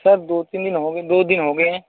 sir दो तीन दिन गये है दो दिन हो गये है